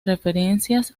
referencias